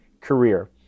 career